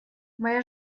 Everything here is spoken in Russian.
моя